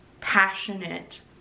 passionate